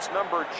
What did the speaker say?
number